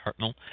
Hartnell